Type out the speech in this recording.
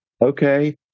okay